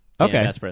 Okay